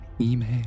email